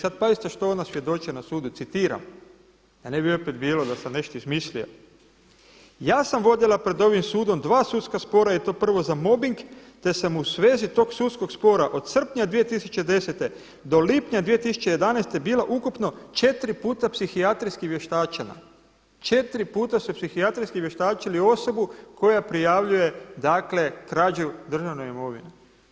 Sada pazite što ona svjedoči na sudu, citiram da ne bi opet bilo da sam nešto izmislio: „Ja sam vodila pred ovim sudom dva sudska spora i to prvo za mobing te sam u svezi tog sudskog spora od srpnja 2010. do lipnja 2011. bila ukupno 4 puta psihijatrijski psihijatrijski vještačena, 4 puta su psihijatrijski vještačili osobu koja prijavljuje dakle krađu državne imovine.